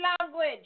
language